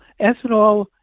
ethanol